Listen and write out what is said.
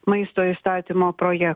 maisto įstatymo projektą